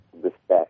respect